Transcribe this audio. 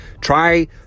Try